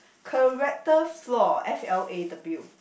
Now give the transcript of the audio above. character flaw F L A W